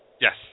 Yes